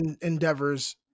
endeavors